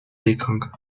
seekrank